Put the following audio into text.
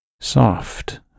Soft